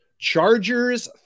Chargers